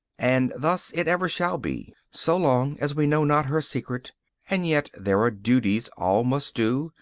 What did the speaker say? and thus it ever shall be, so long as we know not her secret and yet there are duties all must do,